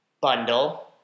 bundle